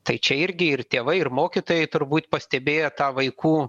tai čia irgi ir tėvai ir mokytojai turbūt pastebėję tą vaikų